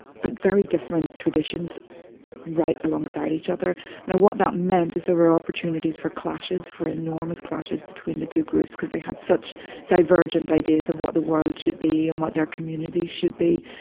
but very different traditions right along side each other. now what that meant was there were opportunities for clashes, for enormous clashes between the two groups because they had such divergent ideas of what the world should be and what their communities should be.